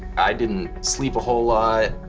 i didn't sleep a whole lot.